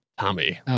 Tommy